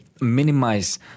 minimize